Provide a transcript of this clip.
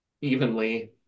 evenly